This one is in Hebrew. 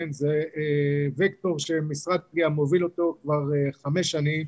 זה וקטור שמשרד האנרגיה מוביל אותו כבר חמש שנים,